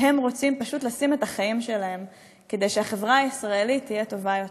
שהם רוצים פשוט לשים את החיים שלהם כדי שהחברה הישראלית תהיה טובה יותר.